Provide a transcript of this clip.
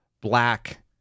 black